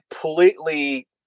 completely